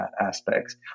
aspects